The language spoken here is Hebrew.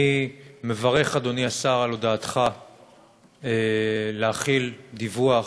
אני מברך, אדוני השר, על הודעתך להחיל דיווח